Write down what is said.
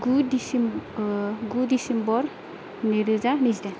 गु दिसिम गु दिसेम्बर नैरोजा नैजिदाइन